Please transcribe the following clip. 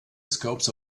scopes